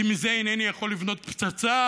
כי מזה אינני יכול לבנות פצצה,